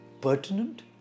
pertinent